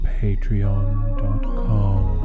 patreon.com